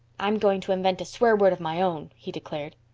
i'm going to invent a swear word of my own, he declared.